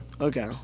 Okay